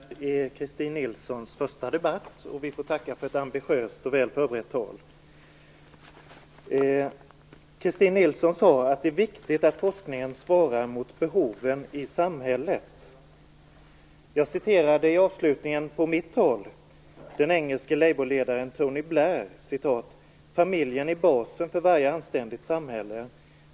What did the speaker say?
Fru talman! Det är Christin Nilssons första debatt, och vi får tacka för ett ambitiöst och väl förberett tal. Christin Nilsson sade att det är viktigt att forskningen svarar mot behoven i samhället. Jag citerade i avslutningen på mitt anförande den engelske labourledaren Tony Blair: Familjen är basen för varje anständigt samhälle.